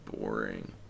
boring